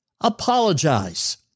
apologize